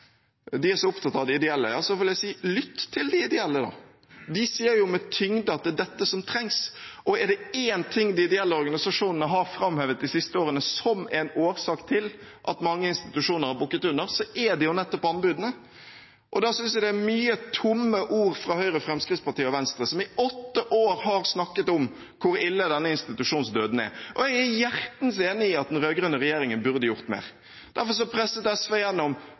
jo med tyngde at det er dette som trengs, og er det én ting de ideelle organisasjonene har framhevet de siste årene som en årsak til at mange institusjoner har bukket under, er det jo nettopp anbudene. Da synes jeg det er mye tomme ord fra Høyre, Fremskrittspartiet og Venstre, som i åtte år har snakket om hvor ille denne institusjonsdøden er. Jeg er hjertens enig i at den rød-grønne regjeringen burde gjort mer, og derfor presset SV igjennom